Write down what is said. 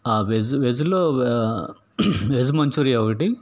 veg వెజ్లో veg Manchuria ఒకటి